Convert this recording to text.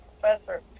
professor